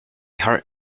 hurt